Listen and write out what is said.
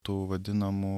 tų vadinamų